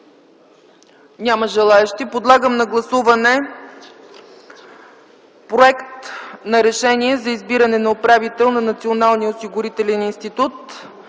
Няма желаещи. Подлагам на гласуване проект на Решение за избиране на управител на